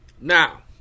Now